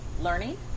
learning